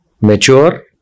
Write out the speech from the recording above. mature